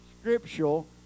scriptural